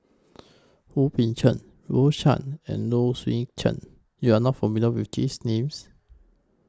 Wu Peng Seng Rose Chan and Low Swee Chen YOU Are not familiar with These Names